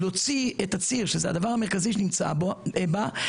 להוציא את הציר שזה הדבר המרכזי שנמצא בה,